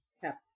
kept